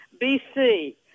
BC